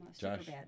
Josh